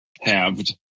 halved